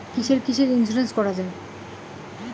কিসের কিসের ইন্সুরেন্স করা যায়?